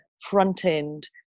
front-end